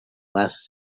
last